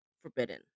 forbidden